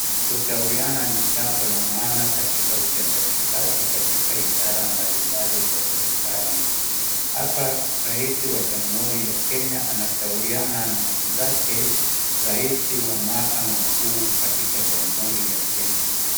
kushauriana ni jambo la maana katika utendejikazi katika idhara mbalimbali za serikali. Hapa Raisi wa Jamhuri ya Kenya anashauriana na mwenzake Raisi wa mahakama kuu katika Jamhuri ya Kenya.